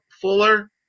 Fuller